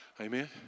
Amen